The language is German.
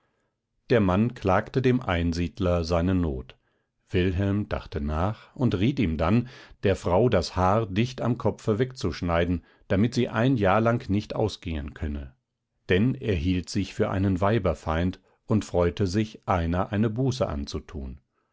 der mann klagte dem einsiedler seine not wilhelm dachte nach und riet ihm dann der frau das haar dicht am kopfe wegzuschneiden damit sie ein jahr lang nicht ausgehen könne denn er hielt sich für einen weiberfeind und freute sich einer eine buße anzutun